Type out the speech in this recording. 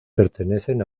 pertenecen